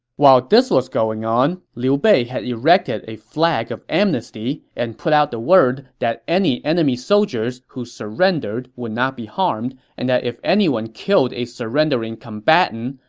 while this was going on, liu bei had erected a flag of amnesty and put out the word that any enemy soldier who surrendered would not be harmed, and if anyone kills a surrendering combatant,